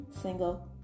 single